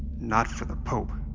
not for the pope,